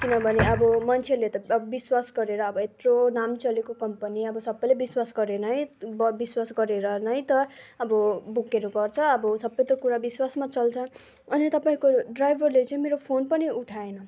किनभने अब मन्छेहरूले त अब विश्वास गरेर अब यत्रो नाम चलेको कम्पनी अब सबैले विश्वास गरेन है विश्वास गरेर नै त अब बुकहरू गर्छ अब सबै त कुरा विश्वासमा चल्छ अनि तपाईँको ड्राइभरले चाहिँ मेरो फोन पनि उठाएन